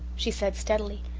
she said steadily.